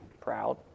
proud